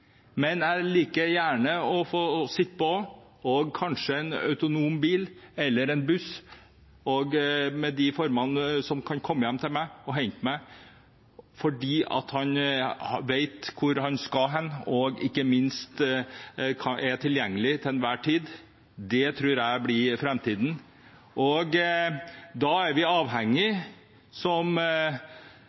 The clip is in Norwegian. Jeg liker å sitte på, kanskje i en autonom bil eller buss, på en slik måte at de kan komme hjem til meg og hente meg, fordi de vet hvor de skal hen, og ikke minst at de er tilgjengelig til enhver tid. Det tror jeg blir framtiden. Da er vi avhengig av, som